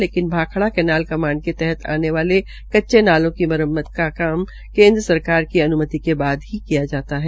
लेकिन Bhakra canal command के अंतर्गत आने वाले कच्चे नालो का मुरम्मत कार्य केंद्र सरकार की अनुमति के बाद ही किया जाता है